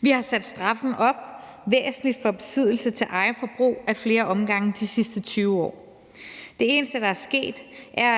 Vi har sat straffen væsentligt op for besiddelse til eget forbrug, ad flere omgange, de sidste 20 år. Det eneste, der er sket, er,